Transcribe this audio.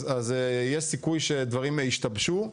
אז יש סיכוי שדברים ישתבשו,